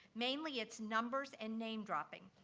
mainly, it's numbers and name-dropping.